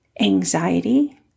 anxiety